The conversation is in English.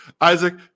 Isaac